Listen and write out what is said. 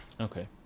Okay